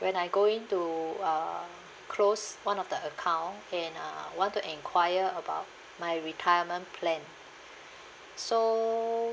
when I go in to uh close one of the account and uh want to enquire about my retirement plan so